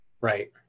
Right